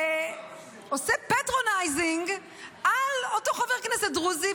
עושה patronizing על אותו חבר כנסת דרוזי,